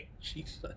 Jesus